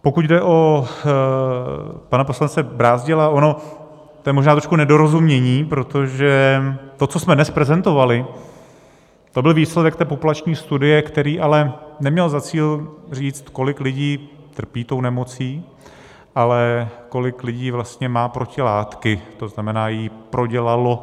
Pokud jde o pana poslance Brázdila, to je možná trošku nedorozumění, protože to, co jsme dnes prezentovali, to byl výsledek té populační studie, který ale neměl za cíl říct, kolik lidí trpí tou nemocí, ale kolik lidí vlastně má protilátky, to znamená, ji prodělalo.